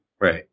right